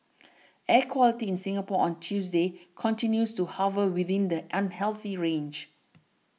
air quality in Singapore on Tuesday continues to hover within the unhealthy range